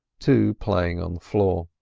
two playing on the floor.